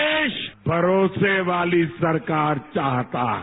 देश भरोसे वाली सरकार चाहता है